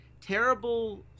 terrible